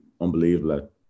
unbelievable